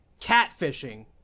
catfishing